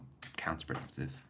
counterproductive